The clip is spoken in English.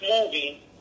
movie